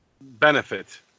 benefit